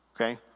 okay